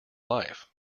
life